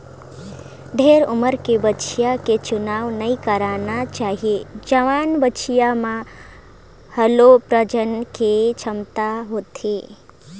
ढेरे उमर के बछिया के चुनाव नइ करना चाही, जवान बछिया में हालु प्रजनन के छमता होथे